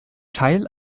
teil